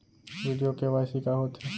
video KYC का होथे